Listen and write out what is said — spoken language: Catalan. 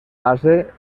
base